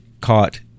caught